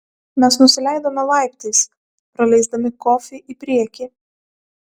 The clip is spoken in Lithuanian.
mes nusileidome laiptais praleisdami kofį į priekį